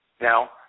Now